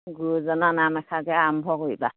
গুৰুজনা নাম এষাৰকে আৰম্ভ কৰিবা